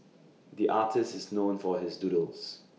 the artist is known for his doodles